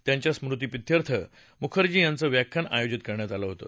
त्यांच्या स्मृतीप्रित्यर्थ मुखर्जी यांचं व्याख्यान आयोजित करण्यात आलं होतं